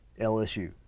LSU